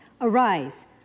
Arise